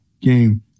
game